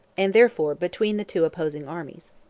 and therefore between the two opposing armies.